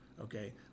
okay